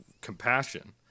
compassion